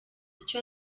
icyo